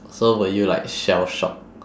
so were you like shell-shocked